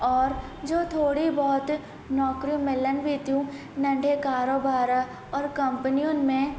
और जो थोरी नौकरियूं मिलनि बि थियूं नंढे कारोबार और कंपनियुनि में